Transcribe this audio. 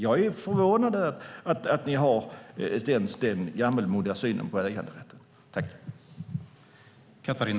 Jag är förvånad över att ni har denna gammalmodiga syn på äganderätten.